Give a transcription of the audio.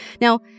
Now